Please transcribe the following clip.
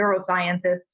neuroscientists